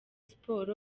sport